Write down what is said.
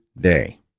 Day